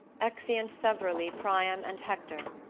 exeunt severally priam and hector.